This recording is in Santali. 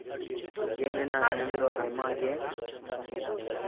ᱜᱮᱢ ᱨᱮᱭᱟᱜ ᱮᱱᱮᱢ ᱫᱚ ᱟᱭᱢᱟ ᱜᱮ